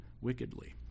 wickedly